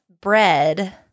bread